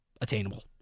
attainable